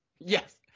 Yes